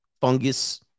fungus